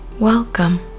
Welcome